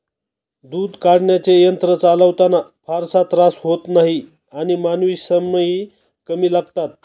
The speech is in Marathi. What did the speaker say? दूध काढण्याचे यंत्र चालवताना फारसा त्रास होत नाही आणि मानवी श्रमही कमी लागतात